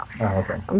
okay